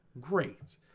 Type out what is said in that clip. great